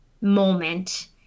moment